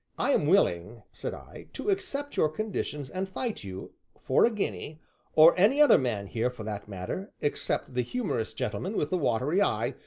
i am willing, said i, to accept your conditions and fight you for a guinea or any other man here for that matter, except the humorous gentleman with the watery eye,